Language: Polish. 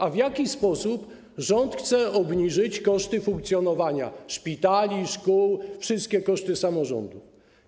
A w jaki sposób rząd chce obniżyć koszty funkcjonowania szpitali, szkół, wszystkie koszty samorządu?